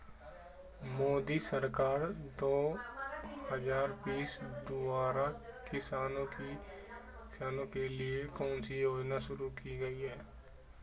मोदी सरकार दो हज़ार बीस द्वारा किसानों के लिए कौन सी योजनाएं शुरू की गई हैं?